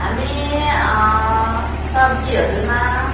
हामी सब्जीहरूमा